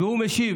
והוא משיב,